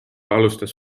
alustas